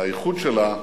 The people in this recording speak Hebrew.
האיחוד שלה,